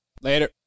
Later